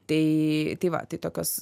tai tai va tai tokios